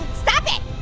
stop it.